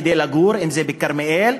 אם בכרמיאל,